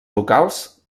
locals